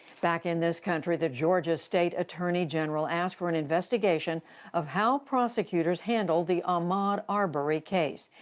back in this country, the georgia state attorney general asked for an investigation of how prosecutors handled the ahmaud arbery case.